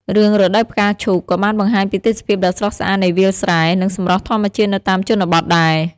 រឿង រដូវផ្កាឈូក ក៏បានបង្ហាញពីទេសភាពដ៏ស្រស់ស្អាតនៃវាលស្រែ និងសម្រស់ធម្មជាតិនៅតាមជនបទដែរ។